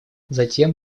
затем